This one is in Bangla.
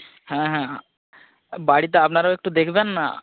হ্যাঁ হ্যাঁ বাড়িতে আপনারাও একটু দেখবেন না